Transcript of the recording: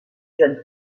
jeunes